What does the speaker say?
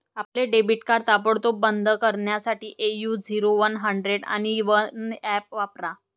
आपले debit card ताबडतोब बंद करण्यासाठी ए.यू झिरो वन हंड्रेड आणि वन ऍप वापरा